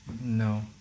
no